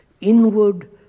inward